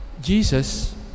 Jesus